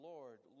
Lord